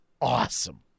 awesome